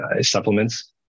supplements